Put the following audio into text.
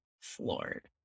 floored